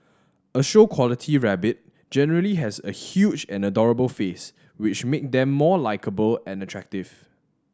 a show quality rabbit generally has a huge and adorable face which make them more likeable and attractive